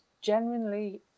genuinely